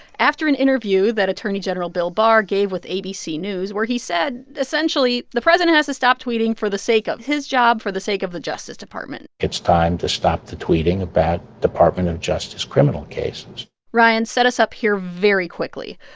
after an interview that attorney general bill barr gave with abc news where he said essentially the president has to stop tweeting for the sake of his job, for the sake of the justice department it's time to stop the tweeting about department of justice criminal cases ryan, set us up here very quickly.